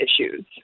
issues